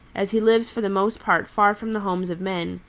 as he lives for the most part far from the homes of men,